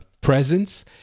presence